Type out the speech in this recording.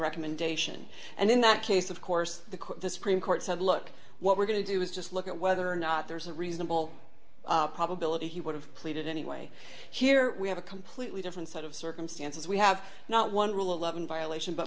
recommendation and in that case of course the court the supreme court said look what we're going to do is just look at whether or not there's a reasonable probability he would have played it anyway here we have a completely different set of circumstances we have not one rule eleven violation but